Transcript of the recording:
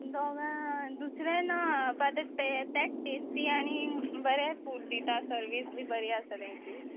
दोगां दुसरें ना पे ते टेस्टी आनी बरें फूड दिता सर्वीस बी बरी आसा तेंची